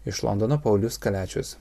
iš londono paulius kaliačius